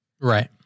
right